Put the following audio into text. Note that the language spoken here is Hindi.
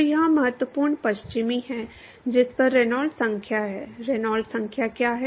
तो यह महत्वपूर्ण पश्चिमी है जिस पर रेनॉल्ड्स संख्या है रेनॉल्ड्स संख्या क्या है